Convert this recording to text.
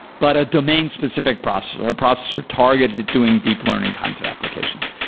but a domain-specific process, or processor targeted at doing deep learning content applications.